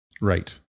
Right